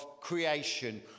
creation